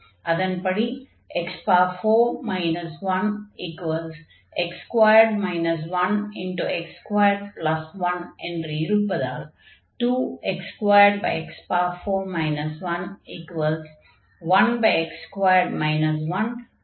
அதன்படி x21 என்று இருப்பதால் 2x2x4 1 1x2 11x21 என்று ஆகும்